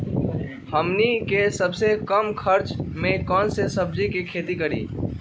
हमनी के सबसे कम खर्च में कौन से सब्जी के खेती करी?